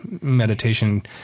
meditation